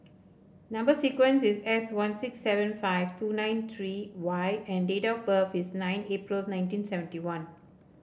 number sequence is S one six seven five two nine three Y and date of birth is nine April nineteen seventy one